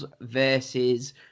versus